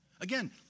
Again